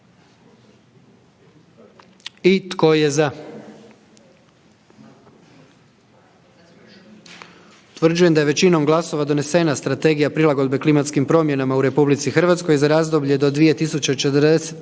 Tko je za?